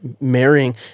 marrying